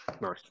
nice